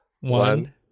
One